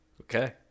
Okay